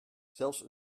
zelfs